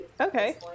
Okay